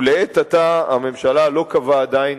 ולעת עתה הממשלה לא קבעה עדיין,